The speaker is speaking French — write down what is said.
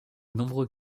nombreux